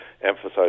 emphasize